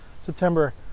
September